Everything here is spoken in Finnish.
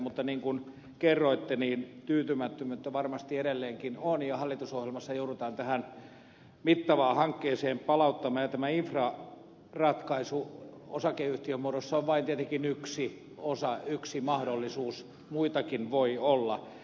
mutta niin kuin kerroitte niin tyytymättömyyttä varmasti edelleenkin on ja hallitusohjelmassa joudutaan tähän mittavaan hankkeeseen palaamaan ja tämä infraratkaisu osakeyhtiömuodossa on tietenkin vain yksi osa yksi mahdollisuus muitakin voi olla